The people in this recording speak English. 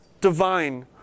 divine